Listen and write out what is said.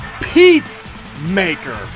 Peacemaker